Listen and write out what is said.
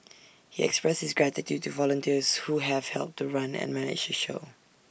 he expressed his gratitude to volunteers who have helped to run and manage the show